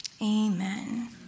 Amen